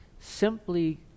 simply